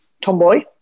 tomboy